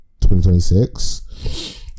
2026